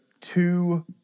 two